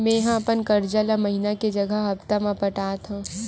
मेंहा अपन कर्जा ला महीना के जगह हप्ता मा पटात हव